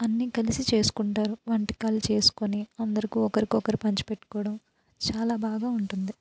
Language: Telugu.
అన్నీ కలిసి చేసుకుంటారు వంటకాలు చేసుకొని అందరుకూ ఒకరికొకరు పంచి పెట్టుకోడం చాలా బాగా ఉంటుంది